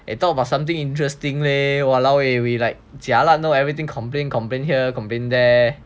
talk about something interesting leh !walao! eh we like jialat know everything complain complain here complain there